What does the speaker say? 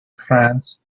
friends